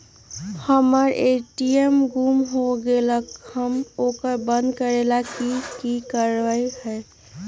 हमर ए.टी.एम गुम हो गेलक ह ओकरा बंद करेला कि कि करेला होई है?